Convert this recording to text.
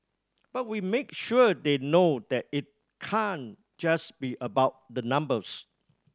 but we make sure they know that it can't just be about the numbers